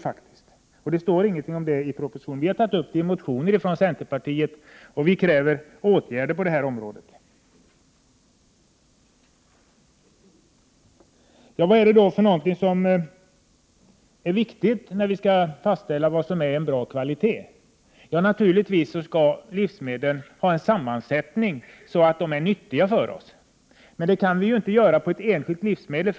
Vi har berört detta i motioner och kräver åtgärder på detta område. Vad är det då som är viktigt när vi skall fastställa vad som är bra kvalitet? Ja, naturligtvis skall livsmedlen vara sammansatta på ett sådant sätt att de är nyttiga för oss. Men då kan vi inte ta fasta på ett enskilt livsmedel.